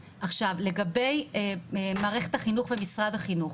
לגבי מערכת החינוך ומשרד החינוך,